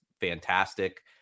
fantastic